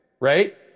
right